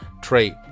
trait